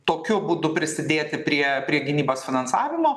tokiu būdu prisidėti prie prie gynybos finansavimo